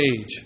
age